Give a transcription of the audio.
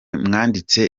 mwanditse